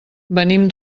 venim